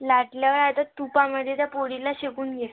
लाटल्यावर आता तुपामध्ये त्या पोळीला शेकून घे